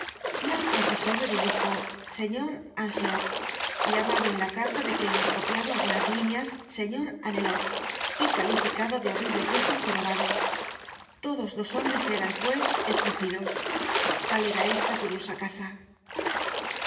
y al profesor de dibujo señor ansiaux llamado en la carta de que hemos copiado algunas líneas señor anelot y calificado de horrible viejo jorobado todos los hombres eran pues escogidos tal era esta curiosa casa